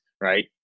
right